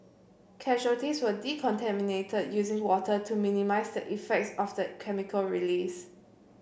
casualties were decontaminated using water to minimise the effects of the chemical release